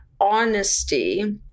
honesty